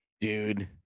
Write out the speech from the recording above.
dude